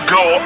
go